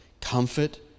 Comfort